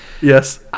Yes